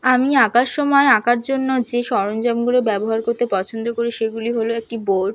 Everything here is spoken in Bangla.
আমি আঁকার সময় আঁকার জন্য যে সরঞ্জামগুলো ব্যবহার করতে পছন্দ করি সেগুলি হল একটি বোর্ড